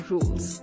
Rules